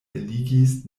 eligis